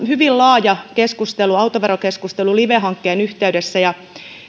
hyvin laaja autoverokeskustelu live hankkeen yhteydessä ja